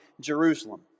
Jerusalem